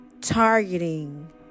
targeting